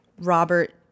Robert